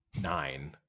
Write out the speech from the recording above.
nine